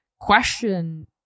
question